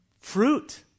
Fruit